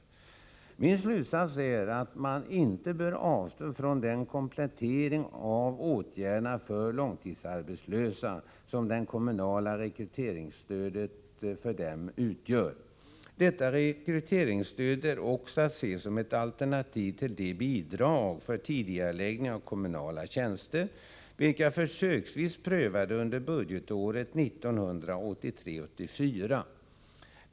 Min slutsats är att man inte bör avstå från den komplettering av åtgärderna för långtidsarbetslösa som det kommunala rekryteringsstödet för dem utgör. Detta rekryteringsstöd är också att se som ett alternativ till de bidrag för tidigareläggning av kommunala tjänster som försöksvis prövades under budgetåret 1983/84.